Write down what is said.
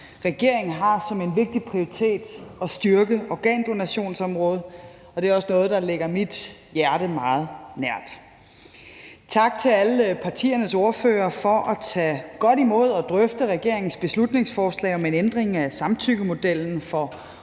regering har som en vigtig prioritet at styrke organdonationsområdet. Det er også noget, der ligger mit hjerte meget nært. Tak til alle partiernes ordførere for at tage godt imod og drøfte regeringens beslutningsforslag om en ændring af samtykkemodellen for